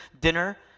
dinner